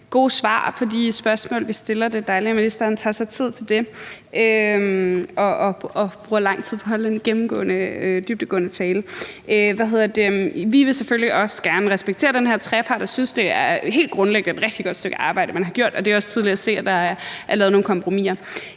gode svar på de spørgsmål, vi stiller. Det er dejligt, at ministeren tager sig tid til det og bruger lang tid på at holde en dybdegående tale. Vi vil selvfølgelig også gerne respektere den her trepartsaftale, og vi synes, det helt grundlæggende er et rigtig godt stykke arbejde, man har gjort, og det er også tydeligt at se, at der er lavet nogle kompromiser.